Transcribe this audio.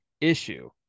issue